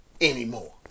anymore